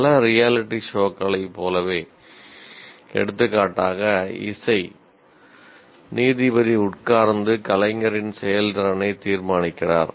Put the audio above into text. பல ரியாலிட்டி ஷோக்களைப் போலவே எடுத்துக்காட்டாக இசை நீதிபதி உட்கார்ந்து கலைஞரின் செயல்திறனை தீர்மானிக்கிறார்